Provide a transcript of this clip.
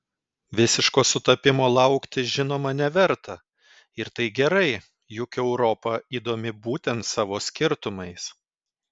visiško sutapimo laukti žinoma neverta ir tai gerai juk europa įdomi būtent savo skirtumais